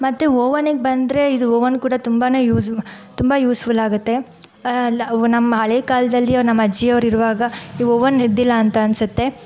ಮತ್ತೆ ಓವನ್ನಿಗೆ ಬಂದರೆ ಇದು ಓವನ್ ಕೂಡ ತುಂಬಾ ಯೂಸು ತುಂಬ ಯೂಸ್ಫುಲ್ ಆಗತ್ತೆ ಅಲ್ಲಿ ನಮ್ಮ ಹಳೆಯ ಕಾಲದಲ್ಲಿಯೂ ನಮ್ಮ ಅಜ್ಜಿಯವ್ರು ಇರುವಾಗ ಓವನ್ ಇದ್ದಿಲ್ಲ ಅಂತ ಅನಿಸತ್ತೆ